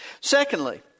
Secondly